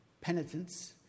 penitence